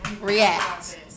React